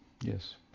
yes